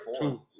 two